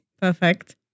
Perfect